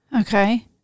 Okay